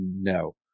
no